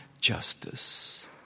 justice